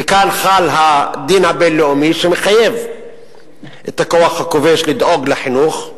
וכאן חל הדין הבין-לאומי שמחייב את הכוח הכובש לדאוג לחינוך,